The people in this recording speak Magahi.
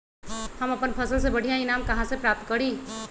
हम अपन फसल से बढ़िया ईनाम कहाँ से प्राप्त करी?